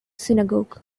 synagogue